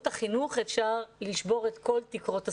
החינוך אפשר לשבור את כל תקרות הזכוכית.